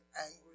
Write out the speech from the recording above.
angry